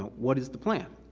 what is the plan?